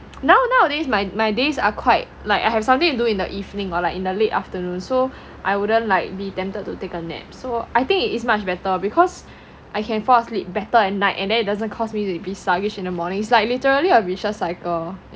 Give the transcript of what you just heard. now nowadays my my days are quite like I have something to do in the evening or like in the late afternoon so I wouldn't like be tempted to take a nap so I think it is much better because I can fall asleep better at night and then it doesn't cost me to be sluggish in the morning is like literally a vicious cycle